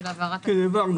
העברנו